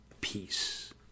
peace